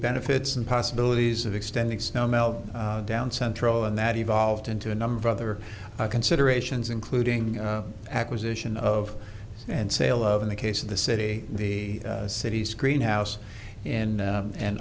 benefits and possibilities of extending snow melt down central and that evolved into a number of other considerations including acquisition of and sale of in the case of the city the city's greenhouse and